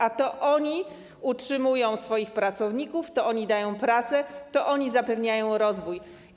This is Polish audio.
A to oni utrzymują swoich pracowników, to oni dają pracę, to oni zapewniają rozwój.